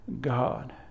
God